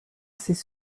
ces